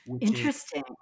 Interesting